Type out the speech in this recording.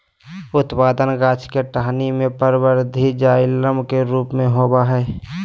उत्पादन गाछ के टहनी में परवर्धी जाइलम के रूप में होबय हइ